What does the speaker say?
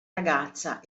ragazza